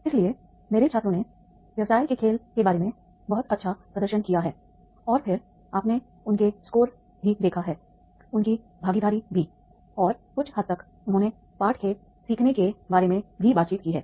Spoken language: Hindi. इसलिए मेरे छात्रों ने व्यवसाय के खेल के बारे में बहुत अच्छा प्रदर्शन किया है और फिर आपने उनके स्कोर भी देखा है उनकी भागीदारी भी और कुछ हद तक उन्होंने पाठ के सीखने के बारे में भी बात की है